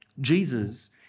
Jesus